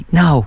no